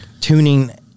tuning